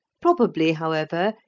probably, however,